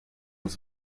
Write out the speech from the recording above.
aux